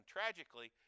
Tragically